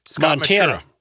Montana